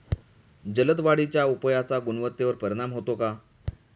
जलद वाढीच्या उपायाचा गुणवत्तेवर परिणाम होतो का?